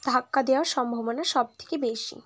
ধাক্কা দেওয়ার সম্ভাবনা সবথেকে বেশি